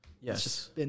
Yes